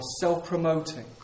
self-promoting